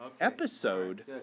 episode